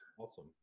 Awesome